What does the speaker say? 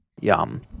Yum